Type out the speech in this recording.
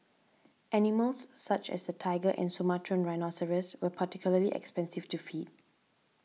animals such as the tiger and Sumatran rhinoceros were particularly expensive to feed